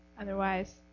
Otherwise